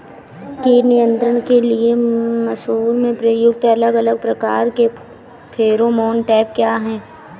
कीट नियंत्रण के लिए मसूर में प्रयुक्त अलग अलग प्रकार के फेरोमोन ट्रैप क्या है?